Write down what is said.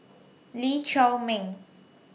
Lee Chiaw Meng